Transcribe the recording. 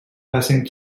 passing